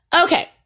Okay